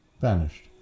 vanished